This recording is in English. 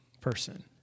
person